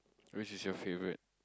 which is your favourite